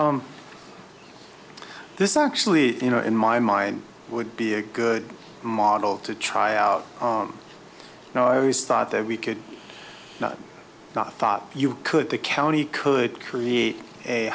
grossman this is actually you know in my mind would be a good model to try out you know i always thought that we could not not thought you could the county could create a